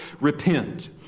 repent